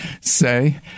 say